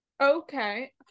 Okay